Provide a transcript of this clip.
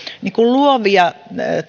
keksiä luovia